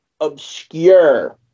obscure